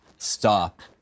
Stop